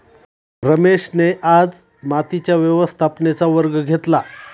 रमेशने आज मातीच्या व्यवस्थापनेचा वर्ग घेतला